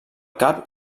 cap